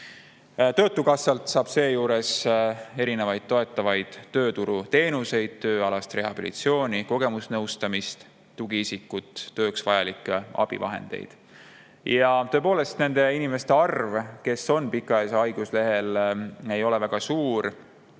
Töötukassalt saab seejuures toetavaid tööturuteenuseid, tööalast rehabilitatsiooni, kogemusnõustamist, tugiisikut, tööks vajalikke abivahendeid. Nende inimeste arv, kes on pikaajaliselt haiguslehel, ei ole väga suur.